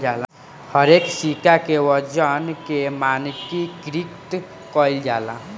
हरेक सिक्का के वजन के मानकीकृत कईल जाला